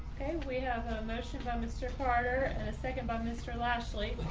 and we have a motion by mr. carter and a second by mr. lashley.